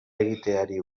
egiteari